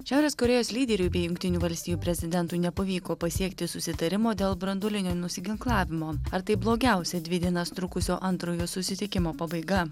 šiaurės korėjos lyderiui bei jungtinių valstijų prezidentui nepavyko pasiekti susitarimo dėl branduolinio nusiginklavimo ar tai blogiausia dvi dienas trukusio antrojo susitikimo pabaiga